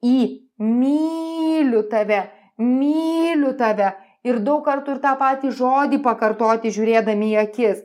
į myliu tave myliu tave ir daug kartų ir tą patį žodį pakartoti žiūrėdami į akis